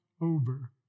over